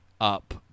up